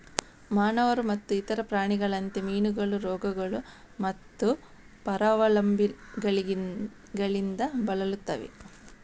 ಮಾನವರು ಮತ್ತು ಇತರ ಪ್ರಾಣಿಗಳಂತೆ, ಮೀನುಗಳು ರೋಗಗಳು ಮತ್ತು ಪರಾವಲಂಬಿಗಳಿಂದ ಬಳಲುತ್ತವೆ